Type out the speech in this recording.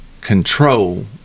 control